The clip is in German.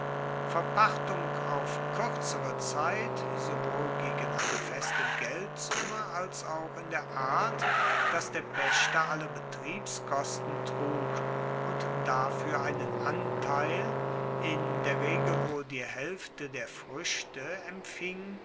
verpachtung auf kuerzere zeit sowohl gegen eine feste geldsumme als auch in der art dass der paechter alle betriebskosten trug und dafuer einen anteil in der regel wohl die haelfte der fruechte empfing